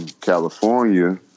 California